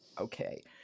Okay